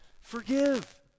forgive